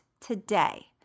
today